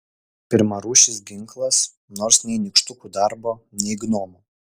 pirmarūšis ginklas nors nei nykštukų darbo nei gnomų